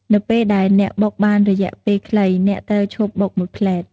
នៅពេលដែលអ្នកបុកបានមួយរយៈពេលខ្លី អ្នកត្រូវឈប់បុកមួយភ្លែត។